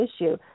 issue